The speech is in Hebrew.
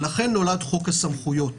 לכן נולד חוק הסמכויות.